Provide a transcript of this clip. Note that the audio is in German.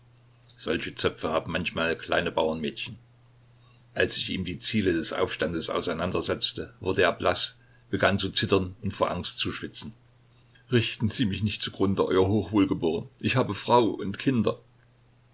solche zöpfe haben manchmal kleine bauernmädchen als ich ihm die ziele des aufstandes auseinandersetzte wurde er blaß begann zu zittern und vor angst zu schwitzen richten sie mich nicht zugrunde euer hochwohlgeboren ich habe frau und kinder